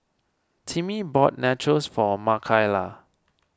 Timmy bought Nachos for Makayla